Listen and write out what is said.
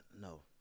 No